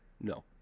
No